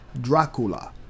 Dracula